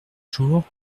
jours